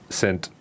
sent